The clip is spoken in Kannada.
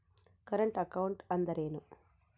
ಕರೆಂಟ್ ಅಕೌಂಟ್ ಅಂದರೇನು?